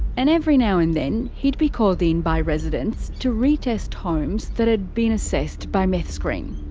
and every now and then he'd be called in by residents to re-test homes that had been assessed by meth screen.